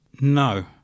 No